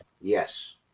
Yes